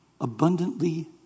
abundantly